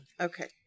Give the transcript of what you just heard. Okay